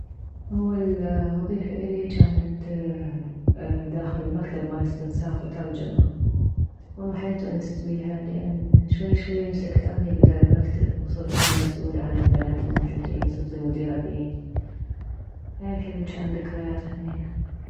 اول وظيفة الي جانت داخل مكتب مالاستنساخ وترجمة والله حيل تونست بيها لان شوية شوية مسكت اني المكتب وصرت اني مسؤولة عن البنات الموجودين صرت المديرة بيه حيل حلو جان ذكريات همينه